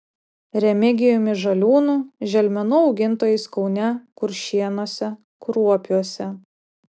remigijumi žaliūnu želmenų augintojais kaune kuršėnuose kruopiuose